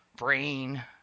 brain